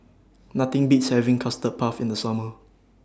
Nothing Beats having Custard Puff in The Summer